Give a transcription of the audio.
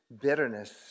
bitterness